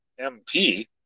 MP